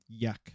Yuck